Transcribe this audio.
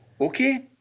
Okay